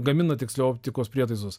gamina tiksliau optikos prietaisus